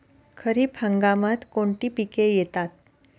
खरीप हंगामात कोणती पिके येतात?